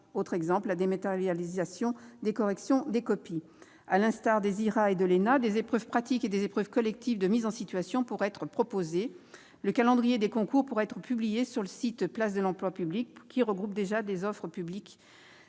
généralisant la dématérialisation des corrections. Par ailleurs, comme aux concours des IRA et de l'ENA, des épreuves pratiques et des épreuves collectives de mise en situation pourraient être proposées. Le calendrier des concours pourrait être publié sur le site « Place de l'emploi public », qui regroupe déjà les offres d'emplois